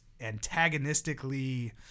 antagonistically